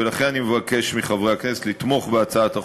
ולכן, אני מבקש מחברי הכנסת לתמוך בהצעת החוק.